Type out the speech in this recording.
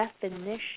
definition